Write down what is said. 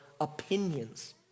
opinions